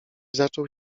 zaczął